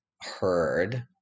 heard